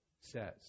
says